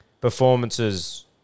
performances